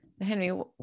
henry